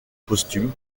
posthume